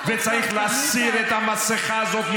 אבל תנסו לחשוב איזו יכולת הכלה יש פתאום לממשלה הזאת.